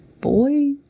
Boy